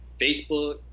Facebook